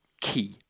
key